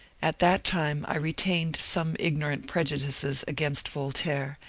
at that time i retained some ignorant preju dices against voltaire,